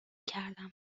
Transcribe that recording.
کردم